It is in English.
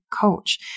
coach